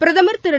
பிரதமா் திரு